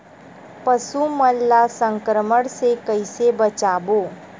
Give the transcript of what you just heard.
पशु मन ला संक्रमण से कइसे बचाबो?